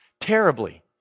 terribly